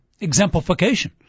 exemplification